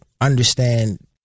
understand